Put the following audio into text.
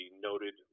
noted